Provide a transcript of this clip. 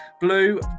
Blue